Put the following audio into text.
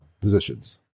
positions